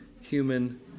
human